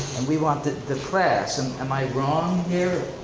and we want the the crass, and am i wrong here?